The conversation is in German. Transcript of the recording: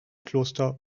kloster